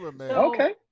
Okay